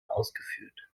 ausgefüllt